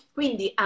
quindi